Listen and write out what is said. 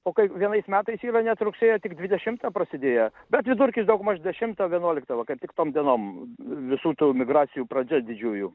o kai vienais metais yra net rugsėjo tik dvidešimtą prasidėję bet vidurkis daugmaž dešimtą vienuoliktą va kaip tik tom dienom visų tų migracijų pradžia didžiųjų